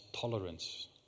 tolerance